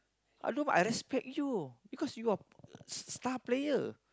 I don't mind I respect you because you're star player